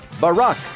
Barack